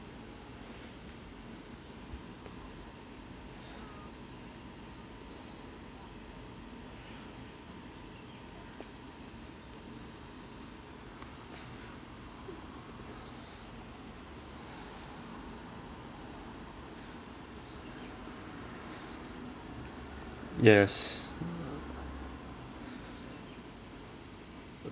yes